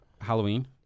Halloween